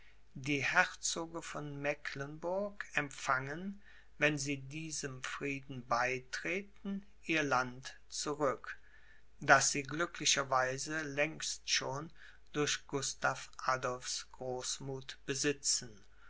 die herzoge von mecklenburg empfangen wenn sie diesem frieden beitreten ihr land zurück das sie glücklicherweise längst schon durch gustav adolphs großmuth besitzen